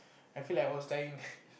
I feel like was dying